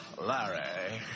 Larry